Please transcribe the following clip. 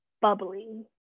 bubbly